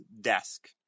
desk